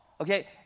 okay